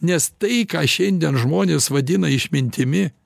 nes tai ką šiandien žmonės vadina išmintimi